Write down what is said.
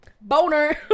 Boner